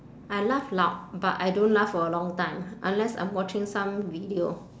I laugh loud but I don't laugh for a long time unless I'm watching some video